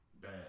bad